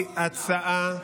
היא לא הוכנה.